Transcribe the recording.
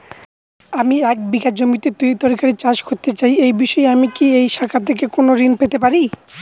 আমি এক বিঘা জমিতে তরিতরকারি চাষ করতে চাই এই বিষয়ে আমি কি এই শাখা থেকে কোন ঋণ পেতে পারি?